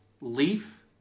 leaf